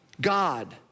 God